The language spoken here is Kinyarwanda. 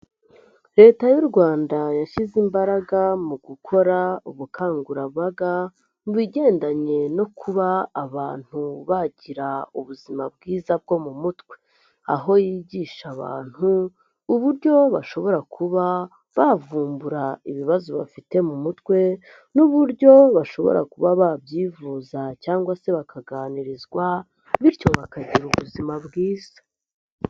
Leta y'u Rwanda yashyize imbaraga mu gukora ubukangurambaga mu bigendanye no kuba abantu bagira ubuzima bwiza bwo mu mutwe. Aho yigisha abantu uburyo bashobora kuba bavumbura ibibazo bafite mu mutwe n'uburyo bashobora kuba babyivuza cyangwa se bakaganirizwa, bityo bakagira ubuzima bwiza.